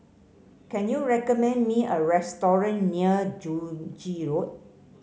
can you recommend me a restaurant near Joo Yee Road